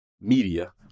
media